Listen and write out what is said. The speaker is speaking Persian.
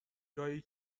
جایی